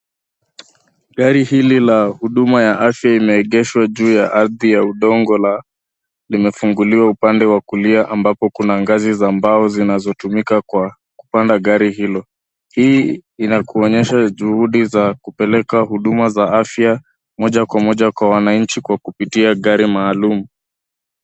Gari hili la huduma ya afya imeegeshwa juu ya ardhi ya udongo na limefunguliwa upande wa kulia ambapo Kuna ngazi za mbao zinazotumika kwa kupanda gari hilo. Hii inakuonyesha juhudi za kupeleka huduma za afya moja kwa moja kwa wananchi kwa kupitia gari maalum.